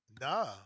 Nah